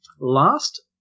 Last